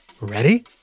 Ready